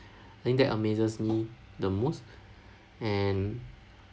I think that amazes me the most and